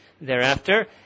thereafter